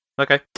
Okay